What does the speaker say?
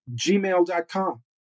gmail.com